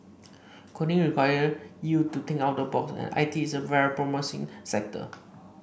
coding require you to think out of the box and I T is a very promising sector